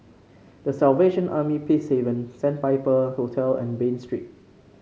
The Salvation Army Peacehaven Sandpiper Hotel and Bain Street